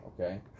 Okay